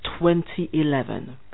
2011